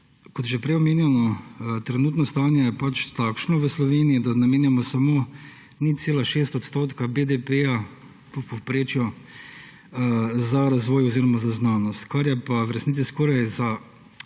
Kot že prej omenjeno, trenutno stanje je pač takšno v Sloveniji, da namenjamo samo 0,6 odstotka BDP-ja za razvoj oziroma za znanost, kar je pa v resnici skoraj za